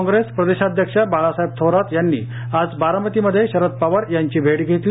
काँग्रेसप्रदेशाध्यक्ष बाळासाहेब थोरात यांनी आज बारामतीमध्ये शरद पवार यांची भेट घेतली